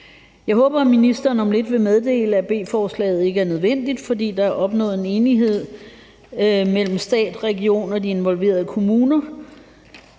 Jeg håber, at ministeren om lidt vil meddele, at beslutningsforslaget ikke er nødvendigt, fordi der er opnået en enighed mellem staten, regionerne og de involverede kommuner